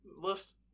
list